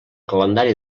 calendari